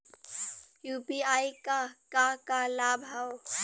UPI क का का लाभ हव?